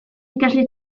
ikasle